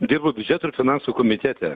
dirbu biudžeto ir finansų komitete